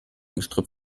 gestrüpp